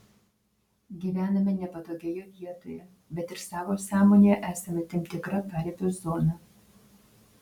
gyvename nepatogioje vietoje bet ir savo sąmonėje esame tam tikra paribio zona